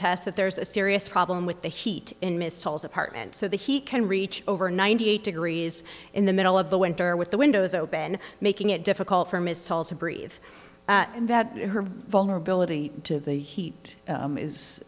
contest that there's a serious problem with the heat in missiles apartment so the heat can reach over ninety eight degrees in the middle of the winter with the windows open making it difficult for ms salt to breathe and that her vulnerability to the heat